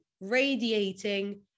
radiating